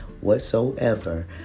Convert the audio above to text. whatsoever